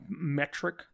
metric